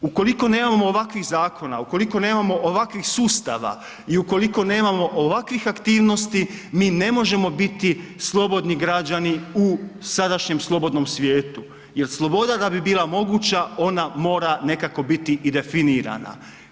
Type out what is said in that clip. Ukoliko nemamo ovakvih zakona, ukoliko nemamo ovakvih sustava i ukoliko nemamo ovakvih aktivnosti, mi ne možemo biti slobodni građani u sadašnjem slobodnom svijetu jel sloboda da bi bila moguća, ona mora nekako biti i definirana.